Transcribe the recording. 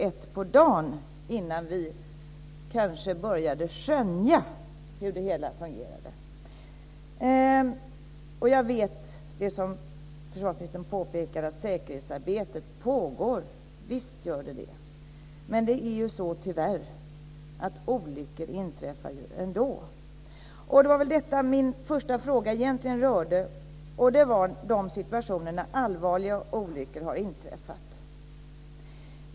1 på dagen innan vi kanske började skönja hur det hela fungerade. Jag vet, vilket försvarsministern påpekade, att säkerhetsarbetet pågår. Visst gör det det. Men tyvärr inträffar olyckor ändå. Det var detta min första fråga egentligen rörde, de situationer där allvarliga olyckor har inträffat.